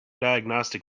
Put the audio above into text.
diagnostic